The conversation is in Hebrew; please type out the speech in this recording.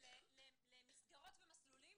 אתם חושבים שעדיף בכלל בלי להחריג את העסקים הגדולים.